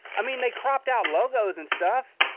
i mean, they cropped out logos and stuff!